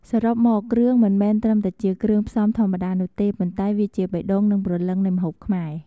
សរុបមក គ្រឿង មិនមែនត្រឹមតែជាគ្រឿងផ្សំធម្មតានោះទេ ប៉ុន្តែវាជា បេះដូង និងព្រលឹង នៃម្ហូបខ្មែរ។